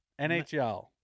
NHL